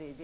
Skulle